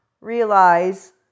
realize